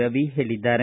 ರವಿ ಹೇಳಿದ್ದಾರೆ